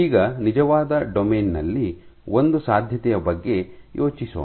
ಈಗ ನಿಜವಾದ ಡೊಮೇನ್ ನಲ್ಲಿ ಒಂದು ಸಾಧ್ಯತೆಯ ಬಗ್ಗೆ ಯೋಚಿಸೋಣ